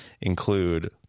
include